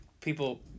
People